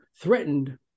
threatened